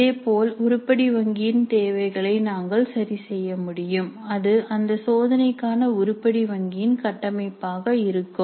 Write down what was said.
இதேபோல் உருப்படி வங்கியின் தேவைகளை நாங்கள் சரிசெய்ய முடியும் அது அந்த சோதனைக்கான உருப்படி வங்கியின் கட்டமைப்பாக இருக்கும்